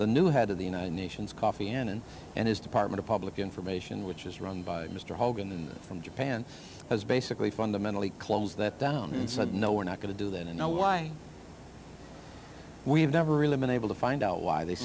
the new head of the united nations coffee n n and his department of public information which is run by mr hogan from japan has basically fundamentally close that down and said no we're not going to do that and now why we have never really been able to find out why they